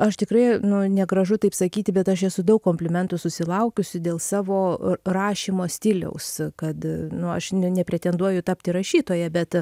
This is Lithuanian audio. aš tikrai nu negražu taip sakyti bet aš esu daug komplimentų susilaukusi dėl savo rašymo stiliaus kad nu aš ne nepretenduoju tapti rašytoja bet